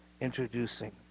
introducing